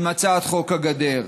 עם הצעת חוק הגדר,